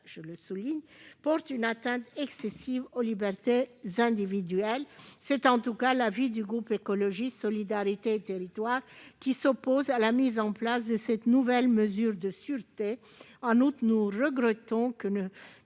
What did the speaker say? je le souligne, porte une atteinte excessive aux libertés individuelles. C'est en tout cas l'avis du groupe Écologiste - Solidarité et Territoires, qui s'oppose à la mise en place de cette nouvelle mesure de sûreté. Nous regrettons également